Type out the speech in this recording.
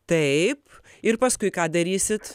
taip ir paskui ką darysit